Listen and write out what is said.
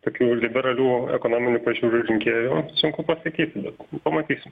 tokių liberalių ekonominių pažiūrų rinkėjų sunku pasakyti bet pamatysim